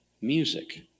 music